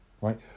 right